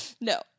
No